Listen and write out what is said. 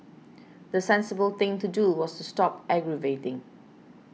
the sensible thing to do was to stop aggravating